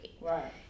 Right